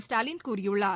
ஸ்டாலின் கூறியுள்ளார்